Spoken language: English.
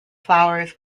flowers